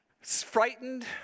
frightened